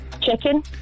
Chicken